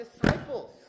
disciples